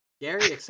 Gary